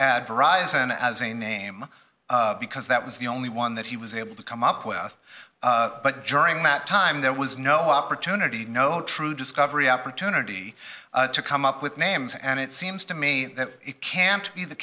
arisan as a name because that was the only one that he was able to come up with but during that time there was no opportunity no true discovery opportunity to come up with names and it seems to me that it can't be the